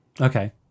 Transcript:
Okay